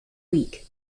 week